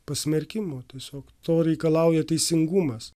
pasmerkimotiesiog to reikalauja teisingumas